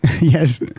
Yes